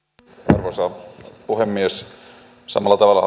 arvoisa puhemies samalla tavalla